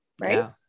Right